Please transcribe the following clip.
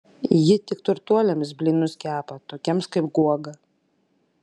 ji tik turtuoliams blynus kepa tokiems kaip guoga